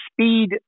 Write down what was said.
speed